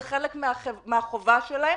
זה חלק מהחובה שלהם.